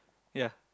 ya